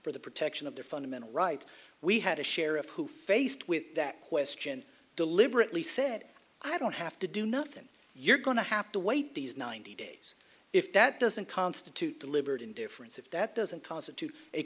for the protection of their fundamental right we had a sheriff who faced with that question deliberately said i don't have to do nothing you're going to have to wait these ninety days if that doesn't constitute deliberate indifference if that doesn't constitute a